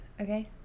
Okay